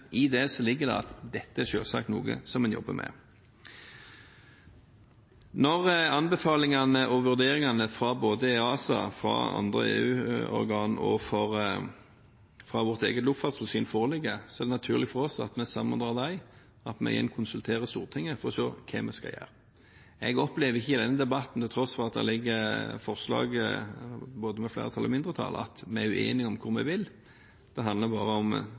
vurderingene både fra EASA, fra andre EU-organ og fra vårt eget luftfartstilsyn foreligger, er det naturlig for oss at vi sammenholder disse, og at vi igjen konsulterer Stortinget for å se hva vi skal gjøre. Jeg opplever ikke i denne debatten – til tross for at det ligger forslag fra både flertallet og mindretallet – at vi er uenige om hvor vi vil. Det handler bare om